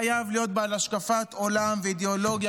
חייב להיות בעל השקפת עולם ואידיאולוגיה,